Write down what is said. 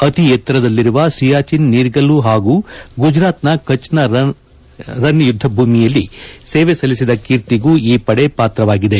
ಅತಿ ಎತ್ತರದಲ್ಲಿರುವ ಸಿಯಾಚಿನ್ ನೀರ್ಗಲ್ಲು ಹಾಗೂ ಗುಜರಾತ್ನ ಕಚ್ನ ರನ್ ಯುದ್ಧಭೂಮಿಯಲ್ಲಿ ಸೇವೆ ಸಲ್ಲಿಸಿದ ಕೀರ್ತಿಗೂ ಈ ಪಡೆ ಪಾತ್ರವಾಗಿದೆ